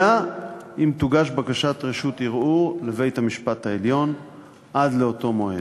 אלא אם כן תוגש בקשת רשות ערעור לבית-המשפט העליון עד לאותו מועד.